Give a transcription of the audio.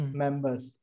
members